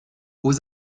aux